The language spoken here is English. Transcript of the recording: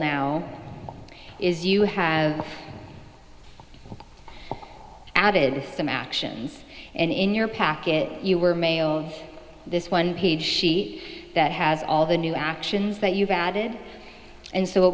now is you have added some actions and in your packet you were male this one page sheet that has all the new actions that you've added and so